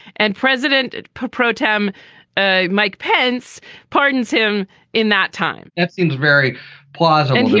and president pro tem ah mike pence pardons him in that time. that seems very plausible.